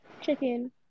Chicken